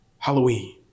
Halloween